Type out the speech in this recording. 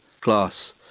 glass